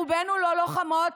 רובנו לא לוחמות.